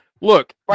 Look